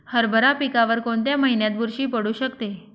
हरभरा पिकावर कोणत्या महिन्यात बुरशी पडू शकते?